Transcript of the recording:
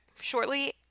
shortly